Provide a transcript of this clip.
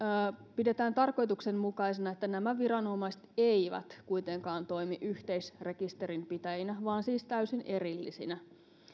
pidetään tarkoituksenmukaisena että nämä viranomaiset eivät kuitenkaan toimi yhteisrekisterinpitäjinä vaan siis täysin erillisinä